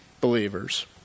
believers